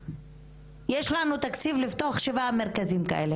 יש לכם תקציב לפתוח שבעה מרכזים כאלה,